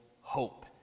hope